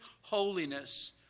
holiness